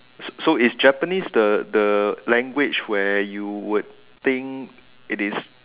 so so is Japanese the the language where you would think it is